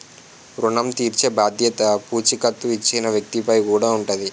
ఋణం తీర్చేబాధ్యత పూచీకత్తు ఇచ్చిన వ్యక్తి పై కూడా ఉంటాది